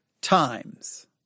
times